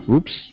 Oops